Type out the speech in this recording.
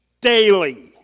daily